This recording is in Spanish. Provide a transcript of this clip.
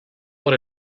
por